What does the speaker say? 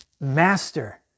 master